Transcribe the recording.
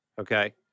okay